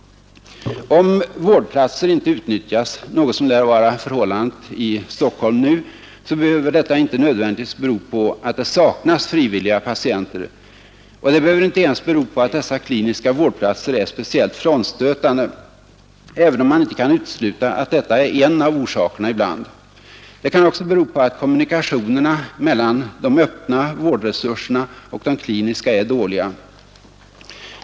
Om vårdplatser inte utnyttjas — något som lär vara förhållandet i Stockholm nu — så behöver detta inte nödvändigtvis bero på att det saknas frivilliga patienter. Det behöver inte ens bero på att dessa kliniska vårdplatser är speciellt frånstötande — även om man inte kan utesluta att detta är en av orsakerna ibland. Det kan också bero på att kommunikationerna mellan de öppna vårdresurserna och de kliniska är dåliga.